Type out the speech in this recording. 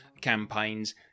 campaigns